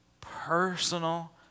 personal